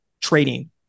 trading